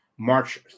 March